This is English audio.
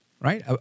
Right